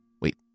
Wait